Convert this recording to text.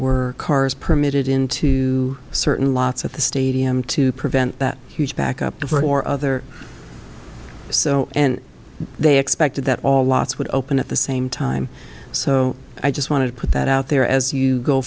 were cars permitted into certain lots at the stadium to prevent that huge back up to four other so and they expected that all lots would open at the same time so i just want to put that out there as you go